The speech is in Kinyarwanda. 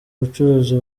bucuruzi